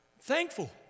Thankful